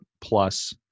plus